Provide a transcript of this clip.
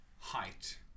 height